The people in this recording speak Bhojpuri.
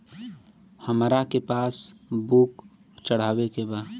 हमरा के पास बुक चढ़ावे के बा?